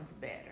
better